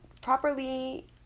properly